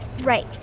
Right